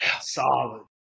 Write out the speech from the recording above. solid